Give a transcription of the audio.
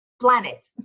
Planet